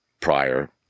prior